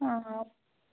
অঁ অঁ